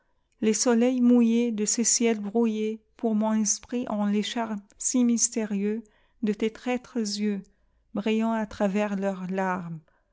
les soleils mouillés de ces ciels brouilléspour mon esprit ont les charmes si mystérieux de tes traîtres yeux brillant à travers leurs larmes